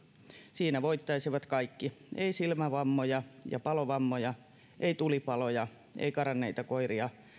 siinä voittaisivat kaikki ei silmävammoja ja palovammoja ei tulipaloja ei karanneita koiria